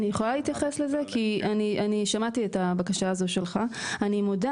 אני מודה